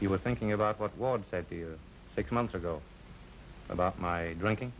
you were thinking about what was said here six months ago about my drinking